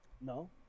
No